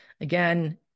Again